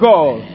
God